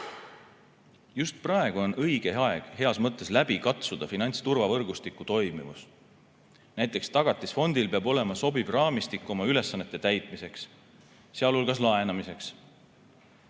Just praegu on õige aeg heas mõttes läbi katsuda finantsturvavõrgustiku toimivus. Näiteks, Tagatisfondil peab olema sobiv raamistik oma ülesannete täitmiseks, sealhulgas laenamiseks.